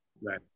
Right